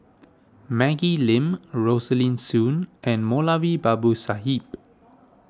Maggie Lim Rosaline Soon and Moulavi Babu Sahib